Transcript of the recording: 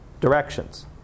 directions